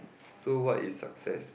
so what is success